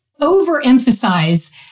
overemphasize